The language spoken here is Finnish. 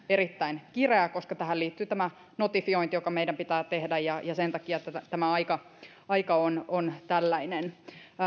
erittäin kireä koska tähän liittyy notifiointi joka meidän pitää tehdä ja sen takia tämä aika aika on on tällainen